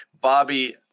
Bobby